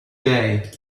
day